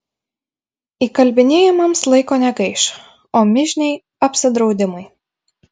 įkalbinėjimams laiko negaiš o mižniai apsidraudimui